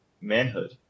manhood